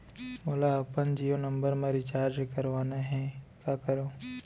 मोला अपन जियो नंबर म रिचार्ज करवाना हे, का करव?